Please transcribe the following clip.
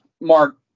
Mark